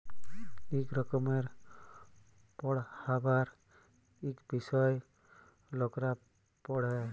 ইক রকমের পড়্হাবার ইক বিষয় লকরা পড়হে